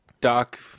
Doc